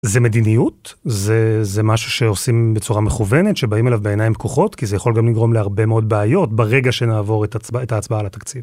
זה מדיניות, זה משהו שעושים בצורה מכוונת, שבאים אליו בעיניים פקוחות, כי זה יכול גם לגרום להרבה מאוד בעיות ברגע שנעבור את ההצבעה לתקציב.